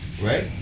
Right